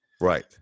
Right